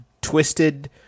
twisted